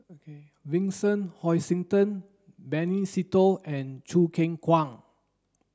Vincent Hoisington Benny Se Teo and Choo Keng Kwang